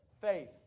Faith